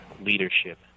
leadership